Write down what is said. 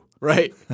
Right